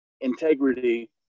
integrity